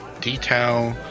detail